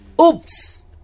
oops